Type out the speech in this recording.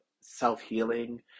self-healing